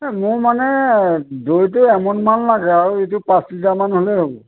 এ মোৰ মানে দৈটো এমুনমান লাগে আৰু ইটো পাঁচ লিটাৰমান হ'লেই হ'ব